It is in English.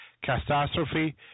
catastrophe